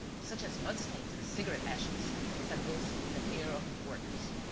such as mud-stains and cigarette-ashes, said wilson, with an air of importance.